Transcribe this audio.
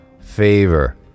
favor